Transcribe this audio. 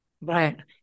Right